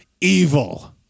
evil